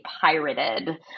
pirated